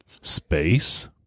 space